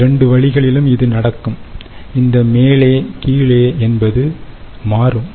இரண்டு வழிகளிலும் இது நடக்கும் இந்த மேலே கீழே என்பது மாறும்